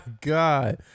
god